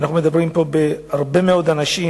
אנחנו מדברים פה על הרבה מאוד אנשים,